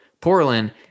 Portland